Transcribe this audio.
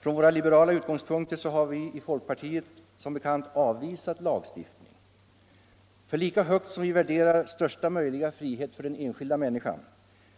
Från våra liberala utgångspunkter har vi i folkpartiet som bekant avvisat lagstiftning. Lika högt som vi värderar största möjliga frihet för den enskilda människan,